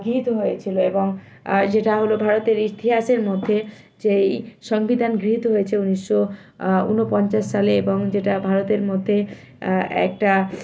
গৃহীত হয়েছিলো এবং যেটা হলো ভারতের ইতিহাসের মধ্যে যেই সংবিধান গৃহীত হয়েছিলো উনিশশো উনপঞ্চাশ সালে এবং যেটা ভারতের মধ্যে একটা